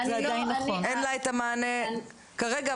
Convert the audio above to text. אין לה את המענה כרגע,